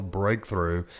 breakthrough